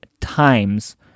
times